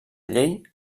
llei